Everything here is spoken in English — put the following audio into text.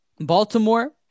Baltimore